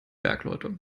bergleute